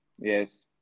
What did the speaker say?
Yes